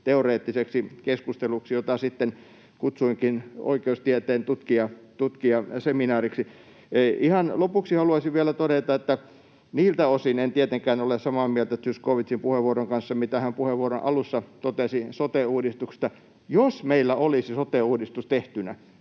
teoreettiseksi keskusteluksi, jota sitten kutsuinkin oikeustieteen tutkijaseminaariksi. Ihan lopuksi haluaisin vielä todeta, että niiltä osin en tietenkään ole samaa mieltä Zyskowiczin kanssa, mitä hän puheenvuoronsa alussa totesi sote-uudistuksesta. Jos meillä olisi sote-uudistus tehtynä